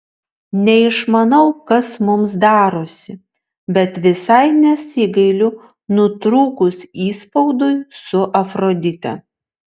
neišmanau kas mums darosi bet visai nesigailiu nutrūkus įspaudui su afrodite